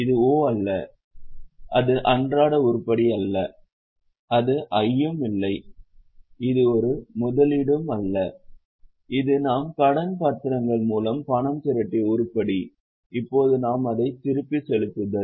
இது 'o' அல்ல அது அன்றாட உருப்படி அல்ல அது 'i' யும் இல்லை இது நம் முதலீடும் அல்ல இது நாம் கடன் பத்திரங்கள் மூலம் பணம் திரட்டிய உருப்படி இப்போது நாம் அதை திருப்பிச் செலுத்துதல்